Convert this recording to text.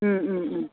ꯎꯝ ꯎꯝ ꯎꯝ